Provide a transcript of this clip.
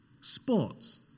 sports